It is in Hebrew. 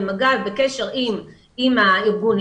במגע ובקשר עם הארגונים